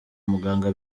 muganga